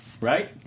right